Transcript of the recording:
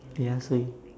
ya so